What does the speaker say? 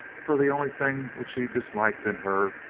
for the only thing which he disliked in her,